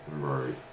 Right